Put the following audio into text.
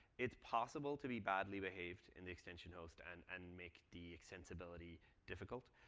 it's possible to be badly behaved in the extension host and and make the extensibility difficult.